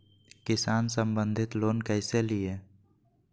किसान संबंधित लोन कैसै लिये?